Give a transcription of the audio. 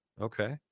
okay